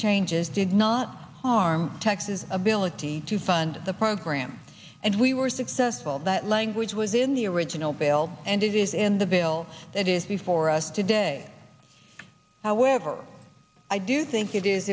changes did not harm texas ability to fund the program and we were successful that language was in the original bill and it is in the bill that is before us today however i do think it is